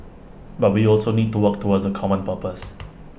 but we also need to work towards A common purpose